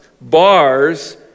bars